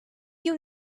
you